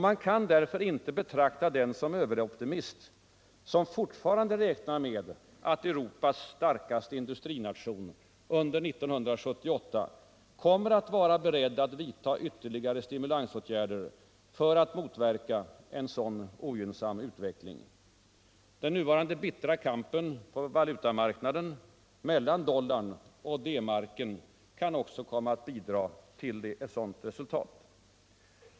Man kan därför inte betrakta den som överoptimist som fortfarande räknar med att Europas starkaste industrination under 1978 kommer att vara beredd att vidta ytterligare stimulansåtgärder för att motverka en sådan ogynnsamm utveckling. Den nuvarande bittra kampen på valutamarknaden mellan dollarn och D-marken kan också komma att bidra till ett sådant resultat.